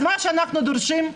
אז מה שאנחנו דורשים,